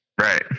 Right